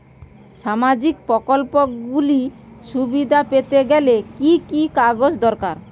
সামাজীক প্রকল্পগুলি সুবিধা পেতে গেলে কি কি কাগজ দরকার?